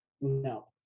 No